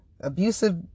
Abusive